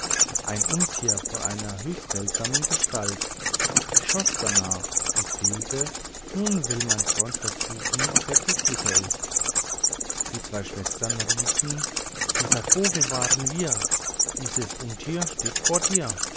ein untier von einer höchst seltsamen gestalt ich schoß danach und fehlte nun will mein freund versuchen ob er glücklicher ist die zwei schwestern riefen dieser vogel waren wir dieses untier steht vor dir